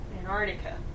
Antarctica